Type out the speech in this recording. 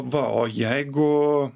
va o jeigu